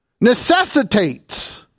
necessitates